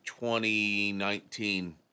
2019